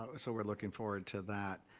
ah so we're looking forward to that.